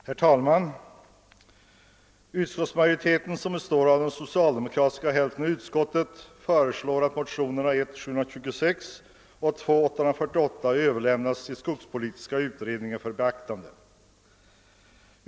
Herr talman! Utskottsmajoriteten, som består av den socialdemokratiska hälften av utskottet, föreslår att motionerna I: 726 och II: 848 överlämnas till skogspolitiska utredningen för beaktande.